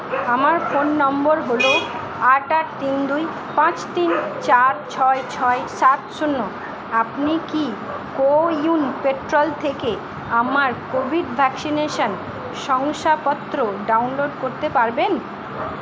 আমার phone number হলো আট আট তিন দুই পাঁচ তিন চার ছয় ছয় সাত শূন্য আপনি কি কো ইউন পেট্রল থেকে আমার কোভিড ভ্যাকসিনেশান শংসাপত্র ডাউনলোড করতে পারবেন